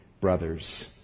brothers